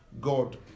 God